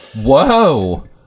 Whoa